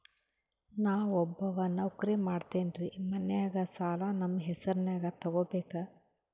ನಾ ಒಬ್ಬವ ನೌಕ್ರಿ ಮಾಡತೆನ್ರಿ ಮನ್ಯಗ ಸಾಲಾ ನಮ್ ಹೆಸ್ರನ್ಯಾಗ ತೊಗೊಬೇಕ?